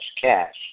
cash